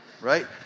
Right